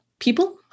people